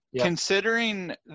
Considering